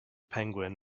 penguin